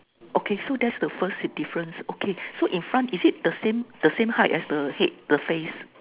okay so that's the first difference okay so in front is it the same the same height as the head the face